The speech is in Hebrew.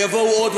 ויבואו עוד,